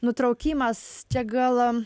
nutraukimas čia gal